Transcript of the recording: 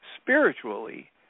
spiritually